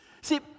See